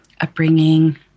upbringing